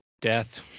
death